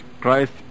Christ